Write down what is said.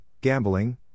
gambling